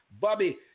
Bobby